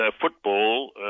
football